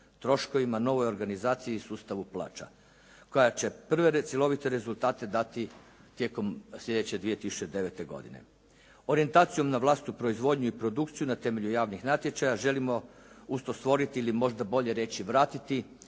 troškovima, novoj organizaciji i sustavu plaća koja će prve cjelovite rezultate dati tijekom sljedeće 2009. godine. Orijentacijom na vlastitu proizvodnju i produkciju na temelju javnih natječaja želimo uz to stvoriti ili možda bolje reći vratiti